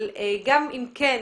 אבל גם אם כן,